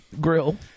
grill